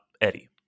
Eddie